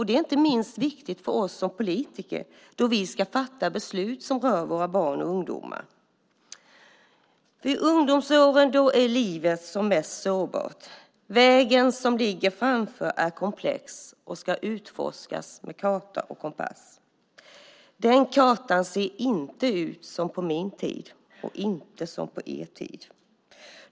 Det är inte minst viktigt för oss som politiker när vi ska fatta beslut som rör våra barn och ungdomar. Under ungdomsåren är livet som mest sårbart. Vägen som ligger framför är komplex och ska utforskas med karta och kompass. Den kartan ser inte ut som på min tid och inte som på er tid.